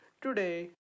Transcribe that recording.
Today